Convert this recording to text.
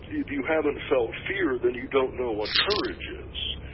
if you haven't felt fear then you don't know what courage is.